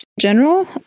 general